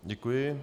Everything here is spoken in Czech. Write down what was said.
Děkuji.